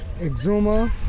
Exuma